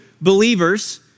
believers